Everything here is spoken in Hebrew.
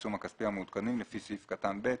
העיצום הכספי המעודכנים לפי סעיף קטן (ב).